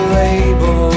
label